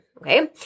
okay